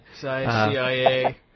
CIA